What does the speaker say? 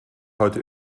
heute